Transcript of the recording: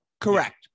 Correct